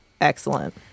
excellent